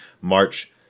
March